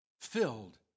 filled